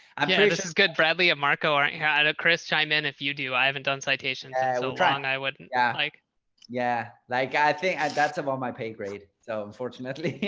i'm yeah good bradley. ah marco aren't here, and chris. chime in. if you do, i haven't done citations. i i will try and i wouldn't yeah like yeah, like i think that's above my paygrade so unfortunately,